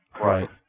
Right